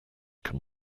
can